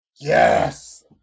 Yes